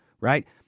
right